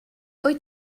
wyt